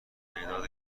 تعداد